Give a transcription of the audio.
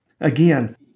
Again